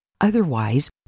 Otherwise